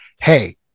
hey